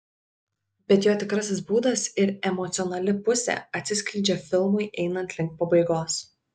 bet jo tikrasis būdas ir emocionali pusė atsiskleidžia filmui einant link pabaigos